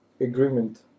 agreement